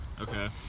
Okay